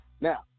Now